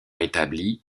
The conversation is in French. établi